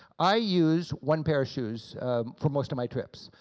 i use one pair of shoes for most of my trips.